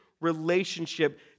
relationship